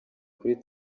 kuri